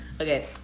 Okay